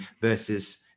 versus